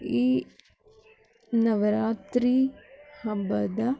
ಈ ನವರಾತ್ರಿ ಹಬ್ಬದ